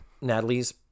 Natalie's